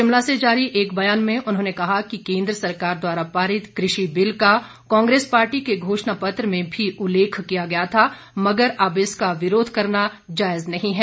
शिमला से जारी एक बयान में उन्होंने कहा कि केन्द्र सरकार द्वारा पारित कृषि बिल का कांग्रेस पार्टी के घोषणा पत्र में भी उल्लेख किया गया था मगर अब इसका विरोध करना जायज नहीं है